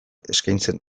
eskaintzen